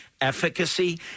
efficacy